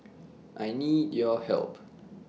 I need your help